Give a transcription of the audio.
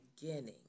beginning